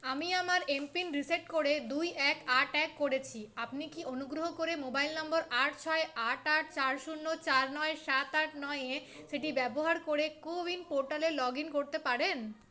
আমি আমার MPIN reset করে দুই এক আট এক করেছি আপনি কি অনুগ্রহ করে মোবাইল নম্বর আট ছয় আট আট চার শূন্য চার নয় সাত আট নয়ে সেটি ব্যবহার করে কো উইন পোর্টালে লগ ইন করতে পারেন